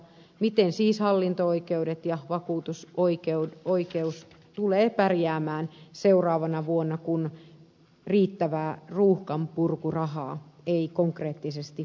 miten siis hallinto oikeudet ja vakuutusoikeus tulevat pärjäämään seuraavana vuonna kun riittävää ruuhkanpurkurahaa ei konkreettisesti osoiteta